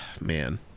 man